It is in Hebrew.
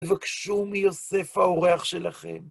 בקשו מיוסף האורח שלכם.